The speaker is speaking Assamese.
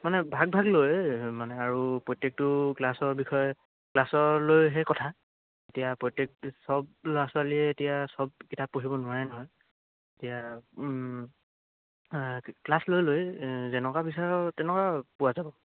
মানে ভাগ ভাগ লৈ মানে আৰু তোৰ প্ৰত্যেকটো ক্লাছৰ বিষয়ে ক্লাছৰ লৈহে কথা এতিয়া প্ৰত্যেকটো চব ল'ৰা ছোৱালীয়ে এতিয়া চব কিতাপ পঢ়িব নোৱাৰে নহয় এতিয়া ক্লাছ লৈ লৈ যেনেকুৱা বিচাৰ তেনেকুৱা পোৱা যাব